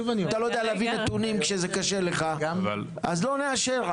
אתה לא יודע להביא נתונים כשזה קשה לך אז לא נאשר.